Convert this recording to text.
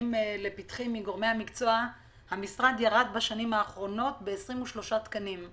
שנמצאים לפתחי מגורמי המקצוע המשרד ירד בשנים האחרונות ב-23 תקנים.